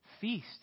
feast